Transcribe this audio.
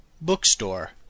Bookstore